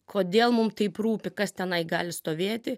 kodėl mum taip rūpi kas tenai gali stovėti